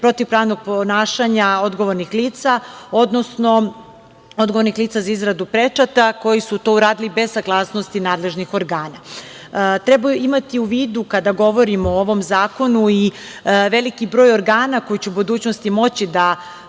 protivpravnog ponašanja odgovornih lica, odnosno odgovornih lica za izradu pečata koji su to uradili bez saglasnosti nadležnih organa. Treba imati u vidu, kada govorimo o ovom zakonu, i veliki broj organa koji će u budućnosti moći da